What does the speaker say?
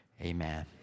Amen